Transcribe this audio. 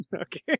Okay